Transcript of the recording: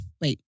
Wait